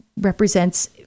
represents